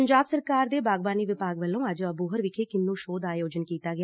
ਪੰਜਾਬ ਸਰਕਾਰ ਦੇ ਬਾਗਬਾਨੀ ਵਿਭਾਗ ਵੱਲੋ ਅੱਜ ਅਬੋਹਰ ਵਿਖੇ ਕਿੰਨੰ ਸ਼ੋਅ ਦਾ ਆਯੋਜਨ ਕੀਤਾ ਗਿਆ